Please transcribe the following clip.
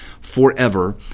forever